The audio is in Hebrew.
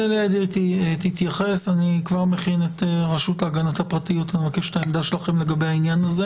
אני כבר מכין את הרשות להגנת הפרטיות ומבקש את העמדה שלכם לגבי זה.